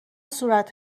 صورت